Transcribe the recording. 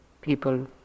people